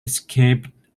escaped